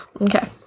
Okay